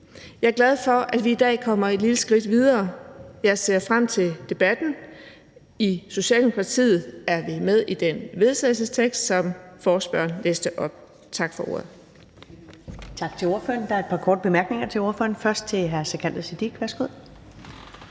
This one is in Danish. Jeg er glad for, at vi i dag kommer et lille skridt videre, og jeg ser frem til debatten. I Socialdemokratiet er vi med i det forslag til vedtagelse, som ordføreren